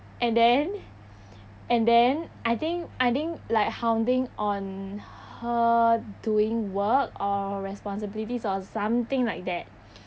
and then and then I think I think like hounding on her doing work or responsibilities or something like that